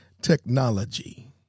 technology